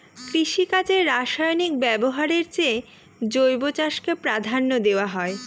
কৃষিকাজে রাসায়নিক ব্যবহারের চেয়ে জৈব চাষকে প্রাধান্য দেওয়া হয়